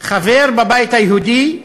חבר בבית היהודי,